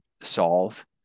solve